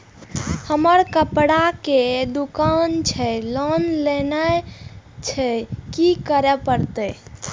हमर कपड़ा के दुकान छे लोन लेनाय छै की करे परतै?